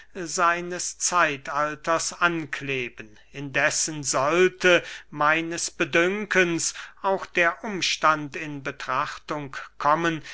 seines zeitalters ankleben indessen sollte meines bedünkens auch der umstand in betrachtung kommen